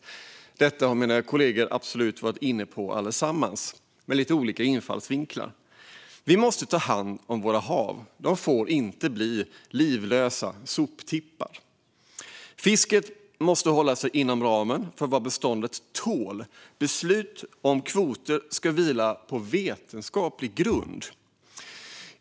Detta har mina kollegor absolut varit inne på allesammans, med lite olika infallsvinklar. Vi måste ta hand om våra hav. De får inte bli livlösa soptippar. Fisket måste hålla sig inom ramen för vad beståndet tål, och beslut om kvoter ska vila på vetenskaplig grund.